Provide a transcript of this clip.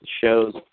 shows –